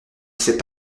sait